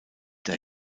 der